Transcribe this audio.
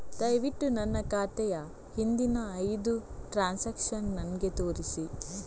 ದಯವಿಟ್ಟು ನನ್ನ ಖಾತೆಯ ಹಿಂದಿನ ಐದು ಟ್ರಾನ್ಸಾಕ್ಷನ್ಸ್ ನನಗೆ ತೋರಿಸಿ